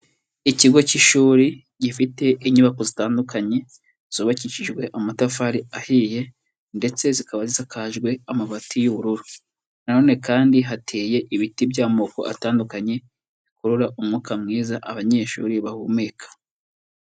Ikigo cy'ishuri gifite inyubako zitandukanye zubakishijwe amatafari ahiye ndetse zikaba zisakajwe amabati y'ubururu na none kandi hateye ibiti by'amoko atandukanye, bikurura umwuka mwiza abanyeshuri bahumeka.